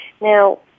Now